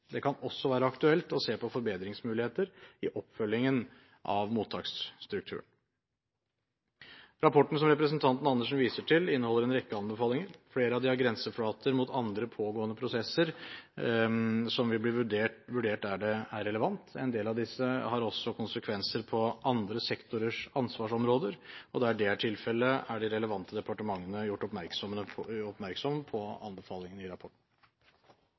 Det kan også være aktuelt å se på forbedringsmuligheter i oppfølgingen av mottaksstrukturen. Rapporten som representanten Andersen viser til, inneholder en rekke anbefalinger. Flere av dem har grenseflater mot andre, pågående prosesser og vil bli vurdert der det er relevant. En del av disse får også konsekvenser på andre sektorers ansvarsområder. Der det er tilfellet, er de relevante departementene gjort oppmerksom på anbefalingene i rapporten.